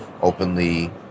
openly